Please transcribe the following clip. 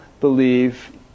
believe